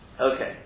Okay